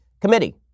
Committee